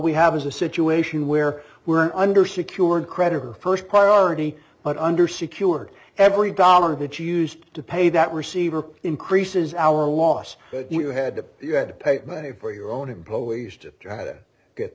we have is a situation where we are under secured creditor first priority but under secured every dollar that you used to pay that receiver increases our loss that you had that you had to pay for your own employees to try to get